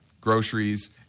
groceries